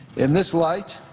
in this light,